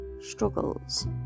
struggles